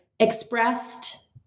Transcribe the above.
expressed